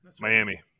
Miami